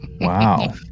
wow